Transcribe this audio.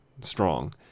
strong